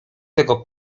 tego